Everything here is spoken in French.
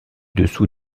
dessous